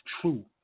true